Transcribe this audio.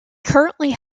currently